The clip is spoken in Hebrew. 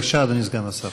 בבקשה, אדוני סגן השר.